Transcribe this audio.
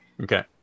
Okay